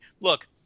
look